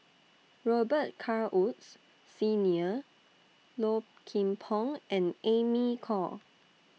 Robet Carr Woods Senior Low Kim Pong and Amy Khor